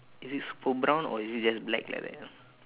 is it super brown or is it just black like that